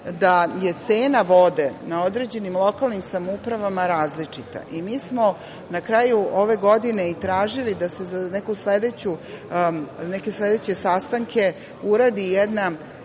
da je cena vode u određenim lokalnim samouprava različita. Mi smo na kraju ove godine tražili da se za neke sledeće sastanke uradi jedna